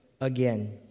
again